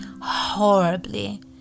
horribly